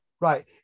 Right